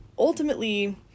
Ultimately